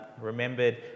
remembered